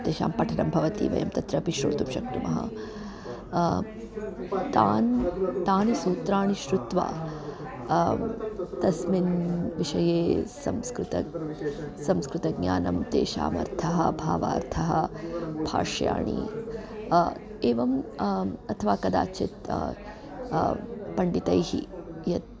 तेषां पठनं भवति वयं तत्रापि श्रोतुं शक्नुमः तानि तानि सूत्राणि श्रुत्वा तस्मिन् विषये संस्कृतं संस्कृतज्ञानं तेषामर्थः भावार्थः भाष्याणि एवम् अथवा कदाचित् पण्डितैः यत्